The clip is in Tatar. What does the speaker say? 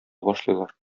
башлыйлар